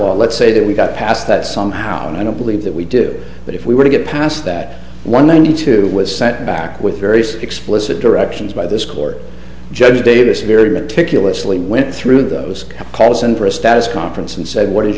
all let's say that we got past that somehow and i don't believe that we do but if we were to get past that one ninety two was sent back with very explicit directions by this court judge davis very meticulously went through those calls in for a status conference and said what is